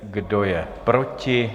Kdo je proti?